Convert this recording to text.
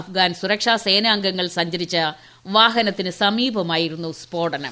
അഫ്ഗാൻ സുരക്ഷാ സേനാംഗങ്ങൾ സഞ്ചരിച്ച വാഹനത്തിന് സമീപമായിരുന്നു സ്ഫോടനം